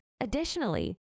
Additionally